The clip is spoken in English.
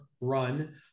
run